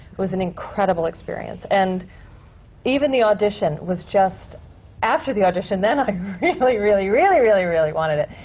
it was an incredible experience. and even the audition was just after the audition, then i really, really, really, really really wanted it!